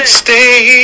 stay